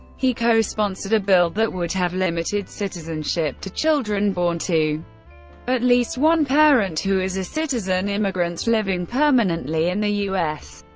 he co-sponsored a bill that would have limited citizenship to children born to at least one parent who is a citizen, immigrants living permanently in the u s.